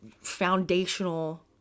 foundational